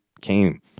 came